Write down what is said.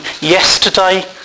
yesterday